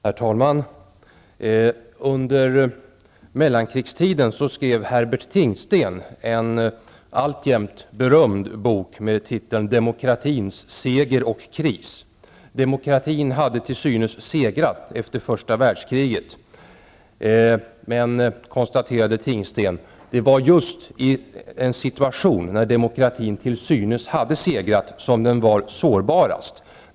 Herr talman! Under mellankrigstiden skrev Herbert Tingsten en alltjämt berömd bok med titeln Demokratins seger och kris. Demokratin hade till synes segrat efter första världskriget, men -- konstaterade Tingsten -- det var just i en situation då demokratin till synes hade segrat som den var sårbarast.